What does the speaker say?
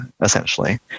essentially